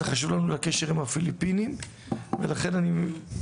זה חשוב לנו לקשר עם הפיליפינים ולכן אני מבקש